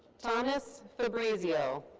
thomas fabrizio.